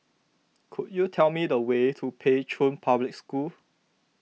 could you tell me the way to Pei Chun Public School